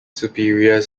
superior